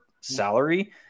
salary